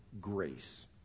grace